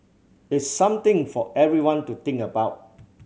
it's something for everyone to think about